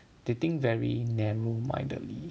they think very narrow mindedly